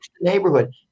neighborhood